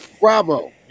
Bravo